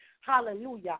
Hallelujah